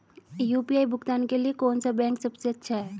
UPI भुगतान के लिए कौन सा बैंक सबसे अच्छा है?